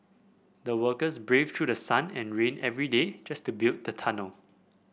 the workers braved through sun and rain every day just to build the tunnel